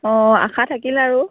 অঁ আশা থাকিল আৰু